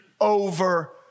over